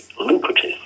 lucrative